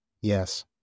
yes